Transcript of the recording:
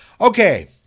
Okay